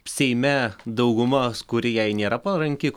seime daugumos kuri jai nėra paranki